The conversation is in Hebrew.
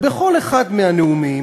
בכל אחד מהנאומים,